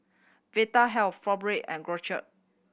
Vitahealth Fibogel and